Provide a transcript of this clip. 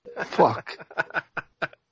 Fuck